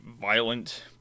violent